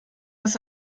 das